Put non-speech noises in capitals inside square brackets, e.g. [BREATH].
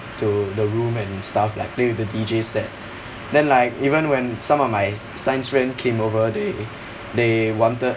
to the room and stuff like play with the D_J set [BREATH] then like even when some of my science friend came over they they wanted